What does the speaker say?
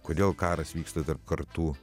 kodėl karas vyksta tarp kartų